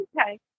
okay